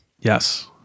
Yes